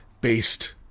based